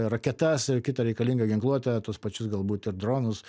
raketas ir kitą reikalingą ginkluotę tuos pačius galbūt ir dronus